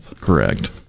Correct